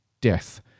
Death